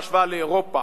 בהשוואה לאירופה.